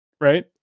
right